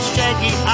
Shaggy